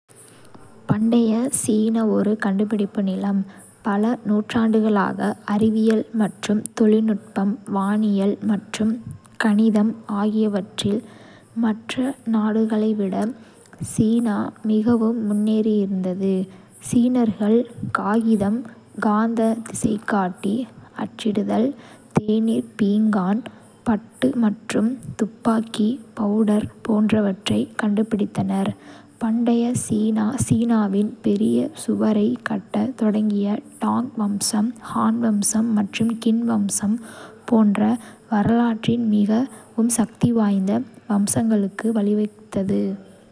பண்டைய சீனா ஒரு கண்டுபிடிப்பு நிலம். பல நூற்றாண்டுகளாக, அறிவியல் மற்றும் தொழில்நுட்பம், வானியல் மற்றும் கணிதம் ஆகியவற்றில் மற்ற நாடுகளை விட சீனா மிகவும் முன்னேறியிருந்தது. சீனர்கள் காகிதம், காந்த திசைகாட்டி, அச்சிடுதல், தேநீர் பீங்கான், பட்டு மற்றும் துப்பாக்கி பவுடர் போன்றவற்றைக் கண்டுபிடித்தனர். பண்டைய சீனா, சீனாவின் பெரிய சுவரைக் கட்டத் தொடங்கிய டாங் வம்சம், ஹான் வம்சம் மற்றும் கின் வம்சம் போன்ற வரலாற்றின் மிகவும் சக்திவாய்ந்த வம்சங்களுக்கு வழிவகுத்தது.